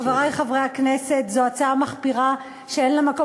חברי חברי הכנסת, זו הצעה מחפירה שאין לה מקום.